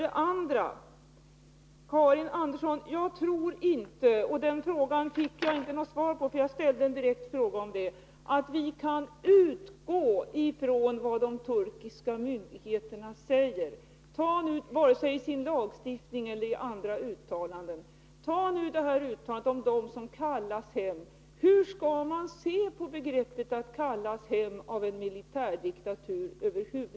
137 För det andra, Karin Andersson, tror jag inte att vi kan utgå ifrån vad de turkiska myndigheterna säger vare sig i sin lagstiftning eller i sina uttalanden; jag fick inte något svar på den direkta fråga jag ställde om det. Ta det här uttalandet om dem som kallas hem — hur skall man över huvud taget se på begreppet att kallas hem av en militärdiktatur?